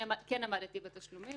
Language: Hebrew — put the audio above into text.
"כן עמדתי בתשלומים,